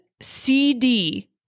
CD